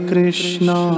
Krishna